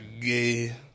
gay